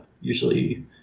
usually